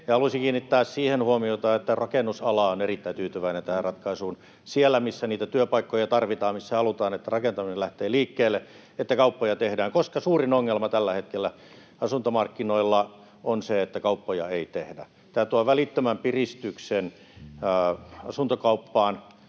Haluaisin kiinnittää siihen huomiota, että rakennusala on erittäin tyytyväinen tähän ratkaisuun — siellä, missä niitä työpaikkoja tarvitaan, missä halutaan, että rakentaminen lähtee liikkeelle ja että kauppoja tehdään — koska suurin ongelma tällä hetkellä asuntomarkkinoilla on se, että kauppoja ei tehdä. Tämä tuo välittömän piristyksen asuntokauppaan